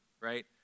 right